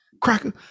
cracker